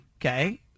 okay